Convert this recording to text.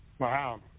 Wow